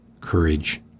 courage